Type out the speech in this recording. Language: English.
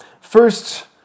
First